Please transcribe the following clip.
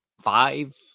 Five